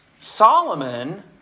Solomon